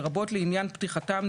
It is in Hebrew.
לרבות לעניין פתיחתם,